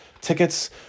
tickets